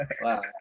wow